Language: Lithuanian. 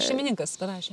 šeimininkas parašė